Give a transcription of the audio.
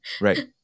Right